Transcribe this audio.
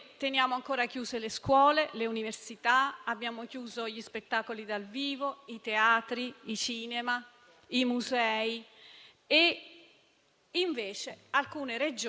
Penso che questa sia l'unica arma che abbiamo per isolare e tracciare l'epidemia, soprattutto in vista dell'inizio dell'attività